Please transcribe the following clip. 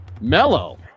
Mellow